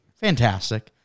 fantastic